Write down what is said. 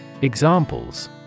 Examples